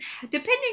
depending